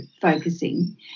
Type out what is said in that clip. focusing